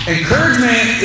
Encouragement